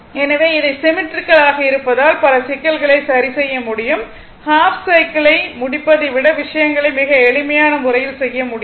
எனவே இவை சிம்மெட்ரிக்கல் ஆக இருப்பதால் சில சிக்கல்களை சரி செய்ய முடியும் ஹாஃப் சைக்கிளை முடிப்பதை விட விஷயங்களை மிக எளிமையான முறையில் செய்ய முடியும்